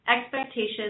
expectations